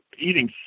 eating